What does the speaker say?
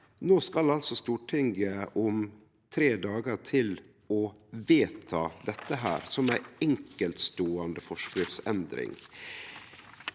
no skal altså Stortinget om tre dagar vedta dette som ei enkeltståande forskriftsendring.